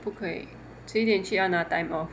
不可以迟一点去要拿 time off